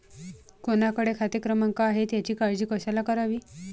कोणाकडे खाते क्रमांक आहेत याची काळजी कशाला करावी